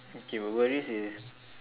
okay but what is is